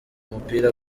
mupira